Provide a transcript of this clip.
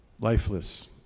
lifeless